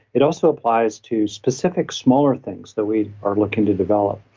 it also applies to specific smaller things that we are looking to develop.